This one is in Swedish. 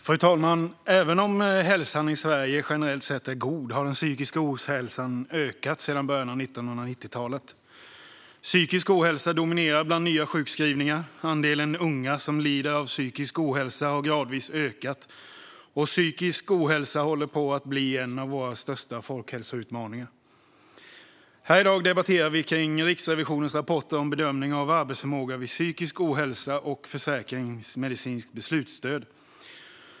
Fru talman! Även om hälsan i Sverige generellt sett är god har den psykiska ohälsan ökat sedan början av 1990-talet. Psykisk ohälsa dominerar bland nya sjukskrivningar, och andelen unga som lider av psykisk ohälsa har gradvis ökat. Psykisk ohälsa håller på att bli en av våra största folkhälsoutmaningar. I dag debatterar vi Riksrevisionens rapporter om bedömningen av arbetsförmåga vid psykisk ohälsa och försäkringsmedicinskt beslutsstöd.